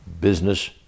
business